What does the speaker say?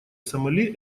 сомали